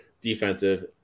defensive